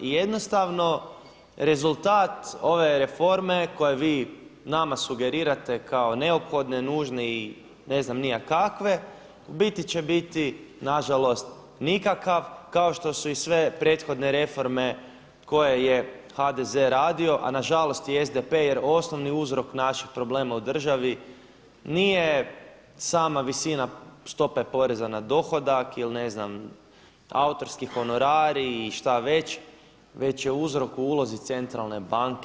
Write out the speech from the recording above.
I jednostavno rezultat ove reforme koje vi nama sugerirate kao neophodne, nužne i ne znam ni ja kakve u biti će biti na žalost nikakav kao što su i sve prethodne reforme koje je HDZ radio, a na žalost i SDP jer osnovni uzrok naših problema u državi nije sama visina stope poreza na dohodak ili ne znam autorski honorari i šta već, već je uzrok u ulozi centralne banke.